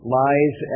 lies